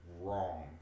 wrong